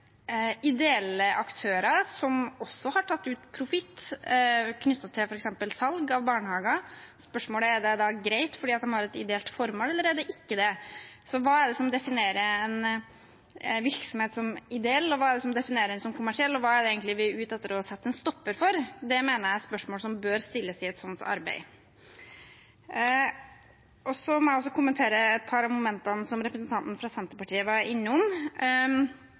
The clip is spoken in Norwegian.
ideelle aktører som også har tatt ut profitt knyttet til f.eks. salg av barnehager. Spørsmålet er: Er det greit fordi de har et ideelt formål, eller er det ikke det? Så hva er det som definerer en virksomhet som ideell, og hva er det som definerer den som kommersiell? Og hva er det egentlig vi er ute etter å sette en stopper for? Det mener jeg er spørsmål som bør stilles i et sånt arbeid. Så må jeg også kommentere et par av momentene som representanten fra Senterpartiet var